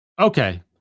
Okay